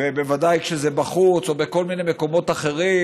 בוודאי כשזה בחוץ או בכל מיני מקומות אחרים.